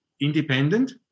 independent